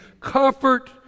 comfort